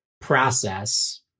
process